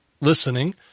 listening